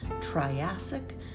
Triassic